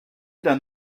d’un